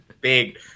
big